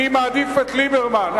אני מעדיף את ליברמן.